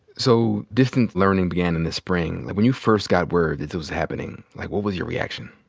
so distant learning began in the spring. and when you first got word that this was happening, like, what was your reaction?